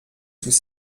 sous